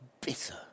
bitter